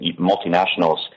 multinationals